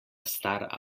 star